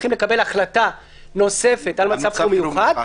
צריכים לקבל החלטה נוספת על מצב חירום מיוחד,